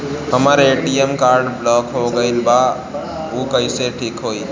हमर ATM card block हो गईल बा ऊ कईसे ठिक होई?